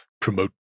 promote